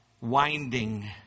winding